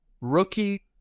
rookie